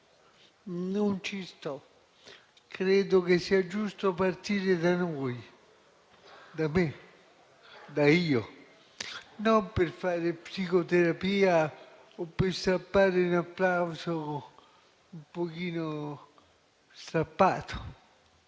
Non ci sto. Credo che sia giusto partire da noi, da me, dall'«io», non per fare psicoterapia o per forzare un applauso un pochino strappato